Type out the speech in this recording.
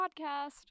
podcast